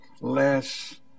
less